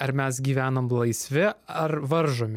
ar mes gyvenam laisvi ar varžomi